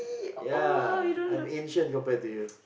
ya I'm ancient compared to you